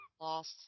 Lost